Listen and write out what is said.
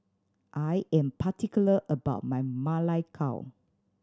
I am particular about my Ma Lai Gao